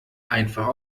einfach